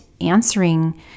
answering